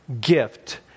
gift